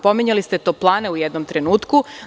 Pominjali ste toplane u jednom trenutku.